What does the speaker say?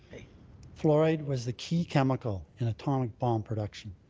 fluoride was the key chemical in atomic bomb production.